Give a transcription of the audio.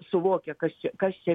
suvokia kas čia kas čia